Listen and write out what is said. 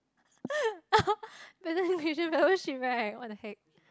membership right what the heck